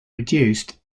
reduced